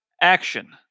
action